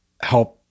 help